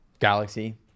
Galaxy